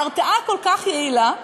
ההרתעה כל כך יעילה,